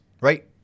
right